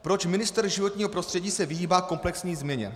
Proč se ministr životního prostředí vyhýbá komplexní změně?